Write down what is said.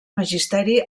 magisteri